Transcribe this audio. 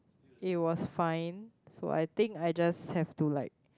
it was fine so I think I just have to like